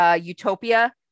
Utopia